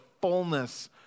fullness